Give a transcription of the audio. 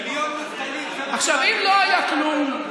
אם לא היה כלום,